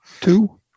two